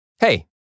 Hey